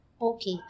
Okay